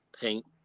paint